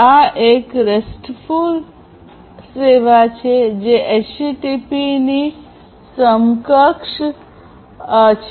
આ એક restful સેવા છે જે HTTP ની સમકક્ષ છે